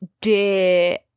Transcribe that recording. dear